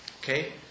okay